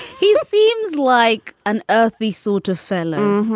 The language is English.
he seems like an earthy sort of fella.